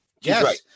Yes